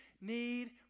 need